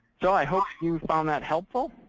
so i hope you found that helpful.